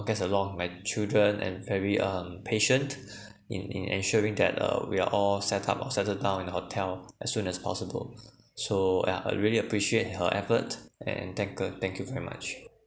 cares a lot of my children and very um patient in in ensuring that uh we are all set up or settled down in the hotel as soon as possible so yeah I really appreciate her effort and thank ke~ thank you very much